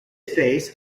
face